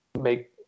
make